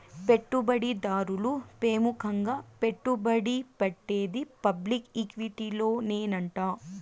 పెట్టుబడి దారులు పెముకంగా పెట్టుబడి పెట్టేది పబ్లిక్ ఈక్విటీలోనేనంట